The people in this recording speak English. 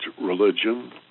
religion